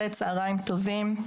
צהריים טובים.